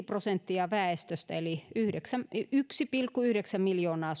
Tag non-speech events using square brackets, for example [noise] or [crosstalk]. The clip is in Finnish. [unintelligible] prosenttia väestöstä eli yksi pilkku yhdeksän miljoonaa [unintelligible]